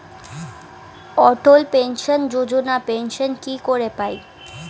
অটল pension যোজনা pension কি করে পায়?